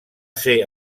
ser